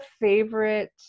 favorite